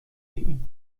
ایم